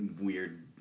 weird